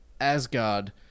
Asgard